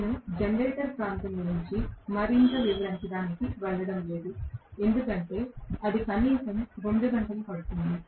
నేను జనరేటర్ ప్రాంతం గురించి మరింత వివరించడానికి వెళ్ళడం లేదు ఎందుకంటే అది కనీసం 2 గంటలు పడుతుంది